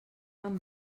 amb